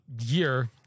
year